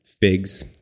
figs